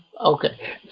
Okay